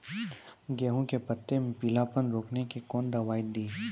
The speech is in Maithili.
गेहूँ के पत्तों मे पीलापन रोकने के कौन दवाई दी?